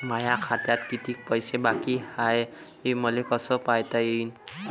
माया खात्यात कितीक पैसे बाकी हाय हे मले कस पायता येईन?